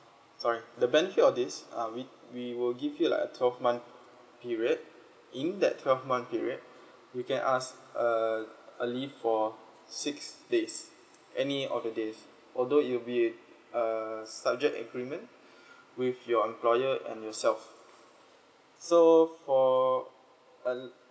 sorry the benefit of this uh we we will give you like a twelve month period in that twelve month period you can ask err early for six days any of the days although it'll be a subject agreement with your employer and yourself so for a